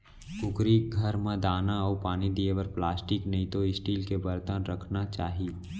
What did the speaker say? कुकरी घर म दाना अउ पानी दिये बर प्लास्टिक नइतो स्टील के बरतन राखना चाही